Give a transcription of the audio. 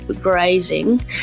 grazing